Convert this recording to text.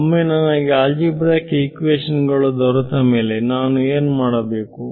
ಒಮ್ಮೆ ನನಗೆ algebraic equation ಗಳು ದೊರೆತಮೇಲೆ ನಾನು ಏನು ಮಾಡಿದೆ